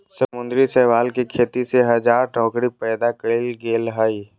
समुद्री शैवाल के खेती से हजार नौकरी पैदा कइल गेल हइ